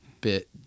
bit